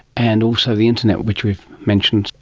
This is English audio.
and also the internet which we've mentioned,